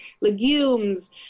legumes